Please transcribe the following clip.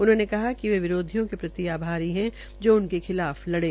उन्होंने कहा कि वे विरोधियों के प्रति आभरी है जो उनके खिलाफ लड़े